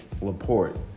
Laporte